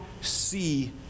see